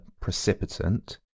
precipitant